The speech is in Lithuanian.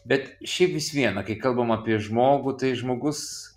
bet šiaip vis viena kai kalbame apie žmogų tai žmogus